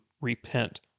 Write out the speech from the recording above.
repent